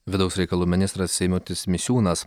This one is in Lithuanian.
vidaus reikalų ministras eimutis misiūnas